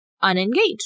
unengaged